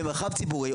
במרחב ציבורי,